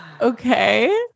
Okay